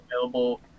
available